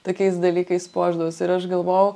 tokiais dalykais puošdavosi ir aš galvojau